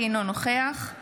אינו נוכח אריה מכלוף דרעי,